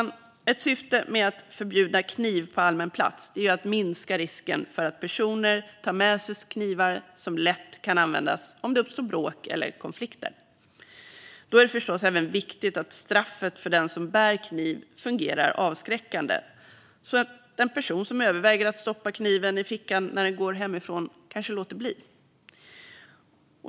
Ett syfte med att förbjuda kniv på allmän plats är att minska risken för att personer tar med sig knivar som lätt kan användas om det uppstår bråk eller konflikter. Då är det förstås även viktigt att straffet för den som bär kniv fungerar avskräckande, så att en person som överväger att stoppa kniven i fickan när den går hemifrån låter bli.